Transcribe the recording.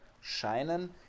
scheinen